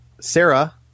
Sarah